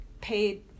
paid